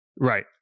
Right